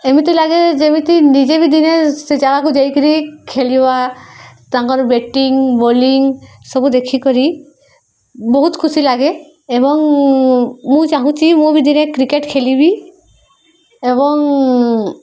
ଏମିତି ଲାଗେ ଯେମିତି ନିଜେ ବି ଦିନେ ସେ ଯାଗାକୁ ଯାଇକିରି ଖେଳିବା ତାଙ୍କର ବ୍ୟାଟିଂ ବୋଲିଂ ସବୁ ଦେଖିକରି ବହୁତ ଖୁସି ଲାଗେ ଏବଂ ମୁଁ ଚାହୁଁଛି ମୁଁ ବି ଦିନେ କ୍ରିକେଟ ଖେଲିବି ଏବଂ